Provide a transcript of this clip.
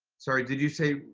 sorry. did you say,